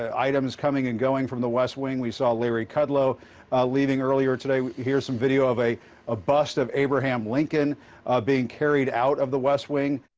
ah items, coming and going from the west wing. we saw larry kudlow leaving earlier today. here's some video of a ah bust of abraham lincoln being carried out of the west wing.